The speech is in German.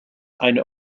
eine